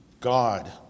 God